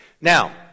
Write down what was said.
Now